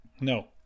No